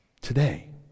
Today